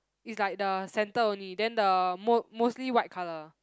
it's like the center only then the mo~ mostly white colour